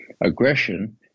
aggression